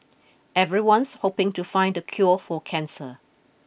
everyone's hoping to find the cure for cancer